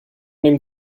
dem